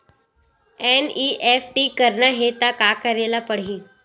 NEFT करना हे त का करे ल पड़हि?